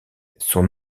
son